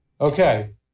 Okay